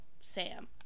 Sam